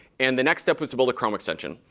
and the next step was to build a chrome extension.